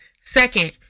Second